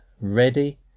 ready